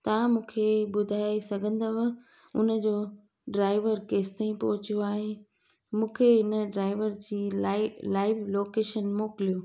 तव्हां मूंखे ॿुधाए सघंदव उनजो ड्राईवर केसिताईं पहुतो आहे मूंखे हिन ड्राईवर जी लाइव लाइव लोकेशन मोकिलियो